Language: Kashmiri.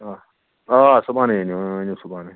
آ آ صُبحنٕے أنِو اۭں أنِو صُبحنٕے